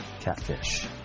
Catfish